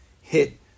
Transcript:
hit